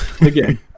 Again